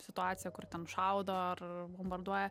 situaciją kur ten šaudo ar bombarduoja